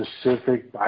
specific